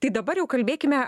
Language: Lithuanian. tai dabar jau kalbėkime